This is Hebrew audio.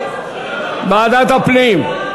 לא, סליחה, אני רוצה לוועדת הפנים.